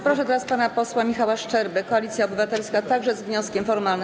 Proszę teraz pana posła Michała Szczerbę, Koalicja Obywatelska, także z wnioskiem formalnym.